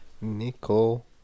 Nickel